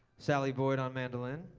sally boyd on mandolin.